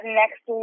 next